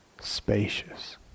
spacious